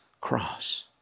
cross